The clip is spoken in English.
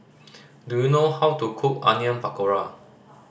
do you know how to cook Onion Pakora